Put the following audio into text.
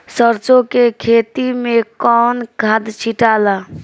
सरसो के खेती मे कौन खाद छिटाला?